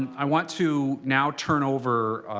i want to now turn over